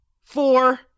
four